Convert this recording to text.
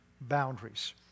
boundaries